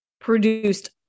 produced